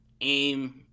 aim